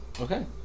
Okay